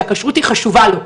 שהכשרות היא חשובה לו.